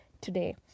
today